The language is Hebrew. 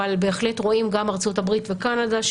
אבל בהחלט רואים גם ארצות הברית וקנדה,